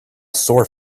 sore